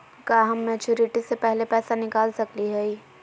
का हम मैच्योरिटी से पहले पैसा निकाल सकली हई?